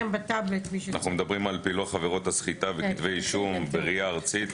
אנחנו מדברים על פילוח עבירות הסחיטה וכתבי אישום בראייה ארצית.